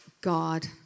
God